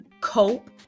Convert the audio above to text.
cope